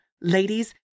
ladies